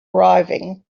arriving